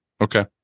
okay